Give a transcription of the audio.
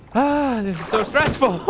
ah and it's so stressful